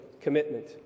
commitment